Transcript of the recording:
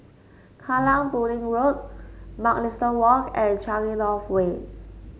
Kallang Pudding Road Mugliston Walk and Changi North Way